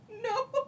No